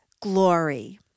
glory